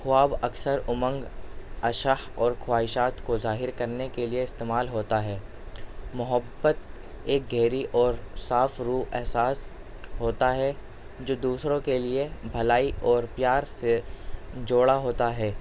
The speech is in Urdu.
خواب اکثر امنگ اشح اور خواہشات کو ظاہر کرنے کے لیے استعمال ہوتا ہے محبت ایک گہری اور صاف رو احساس ہوتا ہے جو دوسروں کے لیے بھلائی اور پیار سے جوڑا ہوتا ہے